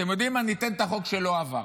אתם יודעים, אני אתן את החוק שלא עבר.